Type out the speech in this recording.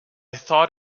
thought